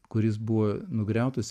kuris buvo nugriautas